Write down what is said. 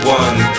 one